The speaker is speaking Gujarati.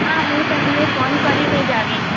હા હું તમને ફોન કરીને જ આવીશ